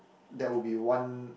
that would be one